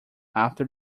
after